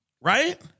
right